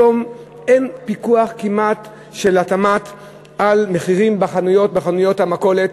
היום כמעט אין פיקוח של התמ"ת על מחירים בחנויות המכולת.